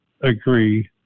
Agree